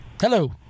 Hello